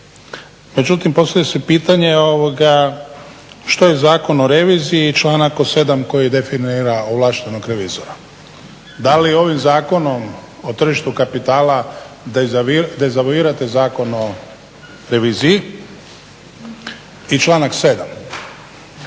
Međutim, postavlja se pitanje što je Zakon o reviziji i članak 7. koji definira ovlaštenog revizora? Da li ovim Zakonom o tržištu kapitala dezavuirate Zakon o reviziji i članak 7.?